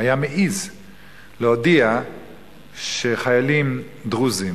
היה מעז להודיע שחיילים דרוזים